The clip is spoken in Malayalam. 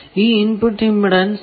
ഈ ഇൻപുട് ഇമ്പിഡൻസ് 8